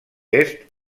est